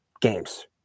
games